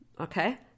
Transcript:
Okay